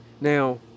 Now